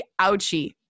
ouchie